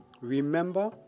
remember